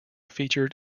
featured